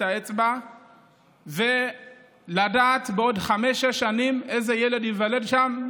האצבע ולדעת בעוד חמש-שש שנים איזה ילד ייוולד שם,